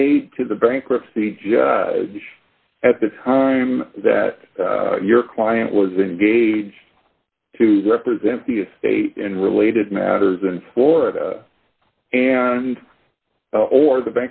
made to the bankruptcy judge at the time that your client was engaged to represent the estate and related matters in florida and or the